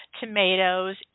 tomatoes